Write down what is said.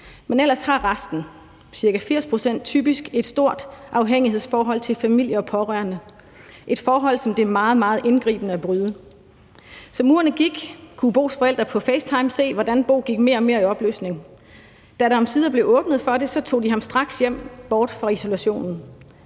Men ellers har resten, altså ca. 80 pct., typisk et stort afhængighedsforhold til familie og pårørende. Det er et forhold, som det er meget, meget indgribende at bryde. Kl. 16:40 Som ugerne gik, kunne Bos forældre på FaceTime se, hvordan Bo gik mere og mere i opløsning. Da der omsider blev åbnet for det, tog de ham straks hjem, bort fra isolationen.